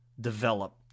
develop